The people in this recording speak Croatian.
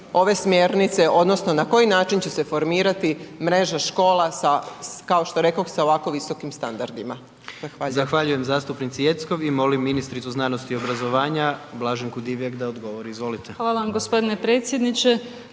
ove smjernice odnosno na koji način će se formirati mreža škola sa, kao što rekoh sa ovako visokim standardima. Zahvaljujem. **Jandroković, Gordan (HDZ)** Zahvaljujem zastupnici Jeckov i molim ministricu znanosti i obrazovanja Blaženku Divjak da odgovori, izvolite. **Divjak, Blaženka** Hvala vam gospodine predsjedniče,